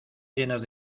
llenas